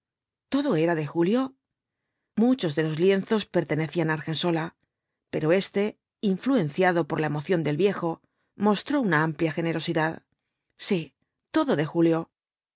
todo era de julio muchos de los lienzos pertenecían á argensola pero éste influenciado por la emoción del viejo mostró una amplia generosidad sí todo de julio